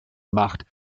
macht